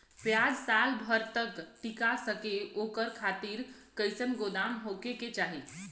प्याज साल भर तक टीका सके ओकरे खातीर कइसन गोदाम होके के चाही?